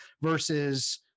versus